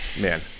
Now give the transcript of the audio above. Man